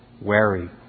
wary